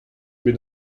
bet